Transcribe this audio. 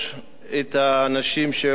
את האנשים שעלו כאן,